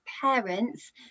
parents